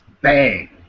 Bang